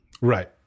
Right